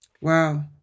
Wow